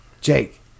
Jake